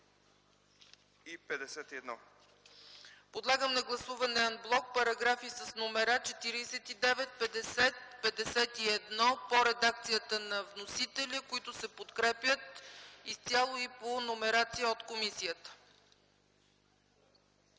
Подлагам на гласуване ан блок параграфи с номера 49, 50 и 51 по редакцията на вносителя, които се подкрепят изцяло и по номерация от комисията.